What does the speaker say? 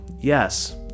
Yes